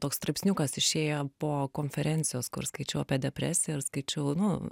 toks straipsniukas išėjo po konferencijos kur skaičiau apie depresiją ir skaičiau nu